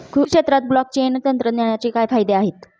कृषी क्षेत्रात ब्लॉकचेन तंत्रज्ञानाचे काय फायदे आहेत?